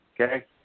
Okay